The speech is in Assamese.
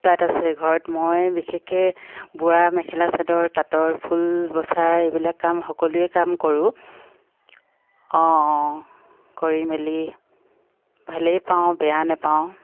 তাঁত আছে ঘৰত মই বিশেষকে বোৱা মেখেলা চাদৰ তাঁতৰ ফুল বচা এইবিলাক কাম সকলোৱে কাম কৰোঁ অঁ অঁ কৰি মেলি ভালেই পাওঁ বেয়া নাপাওঁ